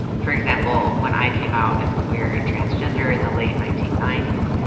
for example when i came out as queer and transgender in the late nineteen ninety s,